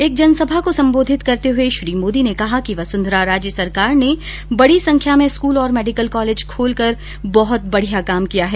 एक जनसभा को संबोधित करते हुए श्री मोदी ने कहा कि वसुंधरा राजे सरकार ने बड़ी संख्या में स्कूल और मेडिकल कॉलेज खोलकर बहुत बढिया काम किया है